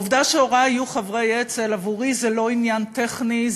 העובדה שהורי היו חברי אצ"ל עבורי היא לא עניין טכני,